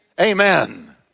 Amen